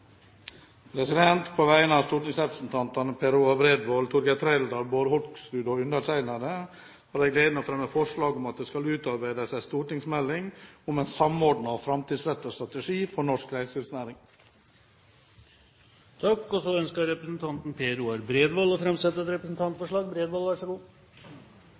representantforslag. På vegne av stortingsrepresentantene Per Roar Bredvold, Torgeir Trældal, Bård Hoksrud og undertegnede har jeg gleden av å fremme forslag om at det skal utarbeides en stortingsmelding om en samordnet og framtidsrettet strategi for norsk reiselivsnæring. Representanten Per Roar Bredvold vil framsette et representantforslag. Jeg har på vegne av stortingsrepresentantene Harald T. Nesvik, Torgeir Trældal og meg selv den glede å